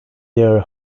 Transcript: their